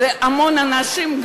והמון אנשים,